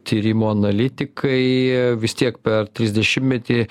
tyrimo analitikai vis tiek per trisdešimtmetį